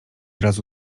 razu